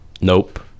Nope